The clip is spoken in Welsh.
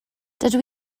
dydw